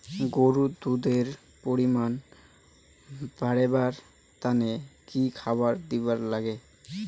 গরুর দুধ এর পরিমাণ বারেবার তানে কি খাবার দিবার লাগবে?